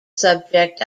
subject